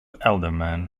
alderman